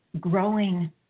growing